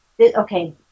Okay